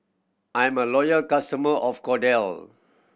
I'm a loyal customer of Kordel